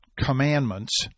commandments